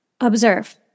observe